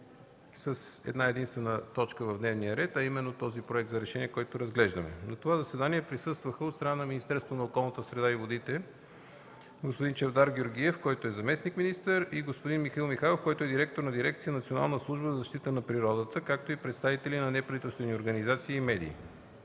с една-единствена точка в дневния ред, а именно този проект за решение, който разглеждаме. На това заседание присъстваха, от страна на Министерството на околната среда и водите, господин Чавдар Георгиев – заместник-министър, и господин Михаил Михайлов – директор на дирекция „Национална служба за защита на природата”, както и представители на неправителствени организации и медии.